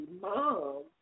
mom